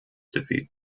defeat